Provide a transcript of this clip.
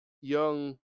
young